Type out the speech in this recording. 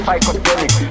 Psychedelic